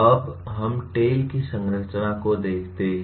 अब हम टेल की संरचना को देखते हैं